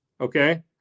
okay